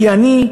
כי אני,